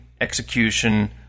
execution